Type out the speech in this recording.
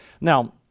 now